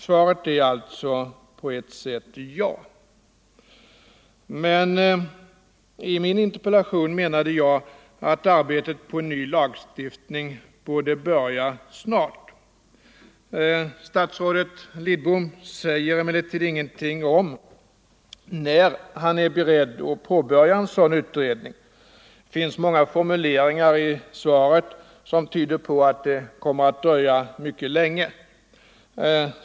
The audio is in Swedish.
Svaret är alltså på ett sätt ja. Men i min interpellation menade jag att arbetet på en ny lagstiftning borde börja snart. Statsrådet Lidbom säger ingenting om när han är beredd att påbörja en sådan utredning. Det finns många formuleringar i svaret som tyder på att det kommer att dröja mycket länge.